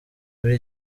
muri